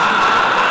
הברקה.